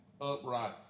upright